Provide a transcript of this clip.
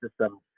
system